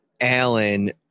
Allen